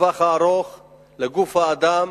בטווח הארוך נזק לגוף האדם